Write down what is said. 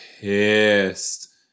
pissed